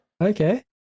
okay